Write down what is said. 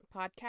podcast